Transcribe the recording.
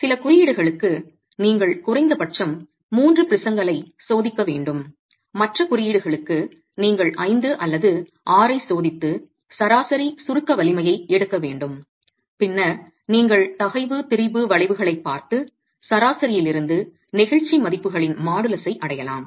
சில குறியீடுகளுக்கு நீங்கள் குறைந்தபட்சம் 3 ப்ரிஸங்களைச் சோதிக்க வேண்டும் மற்ற குறியீடுகளுக்கு நீங்கள் 5 அல்லது 6 ஐச் சோதித்து சராசரி சுருக்க வலிமையை எடுக்க வேண்டும் பின்னர் நீங்கள் தகைவு திரிபு வளைவுகளைப் பார்த்து சராசரியிலிருந்து நெகிழ்ச்சி மதிப்புகளின் மாடுலஸை அடையலாம்